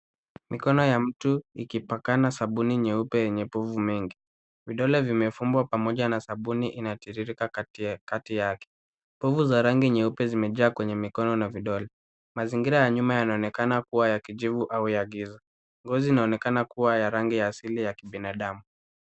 Mikono ya mtu ikipakana sabuni nyeupe yenye povu mingi, vidole vimefumbwa pamoja na sabuni inatiririka katikati yake, povu za rangi nyeupe zimejaa kwenye mikono na vidole. Mazingira ya nyuma yanaonekana kuwa ya kijivu au ya giza, ngozi inaonekana kuwa ya rangi ya asili ya kibinadamu.